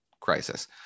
crisis